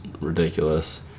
ridiculous